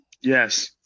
Yes